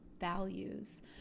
values